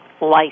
life